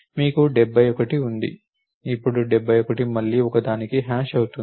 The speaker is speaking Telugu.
మీకు 71 ఉంది ఇప్పుడు 71 మళ్లీ 1కి హ్యాష్ అవుతుంది